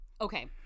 Okay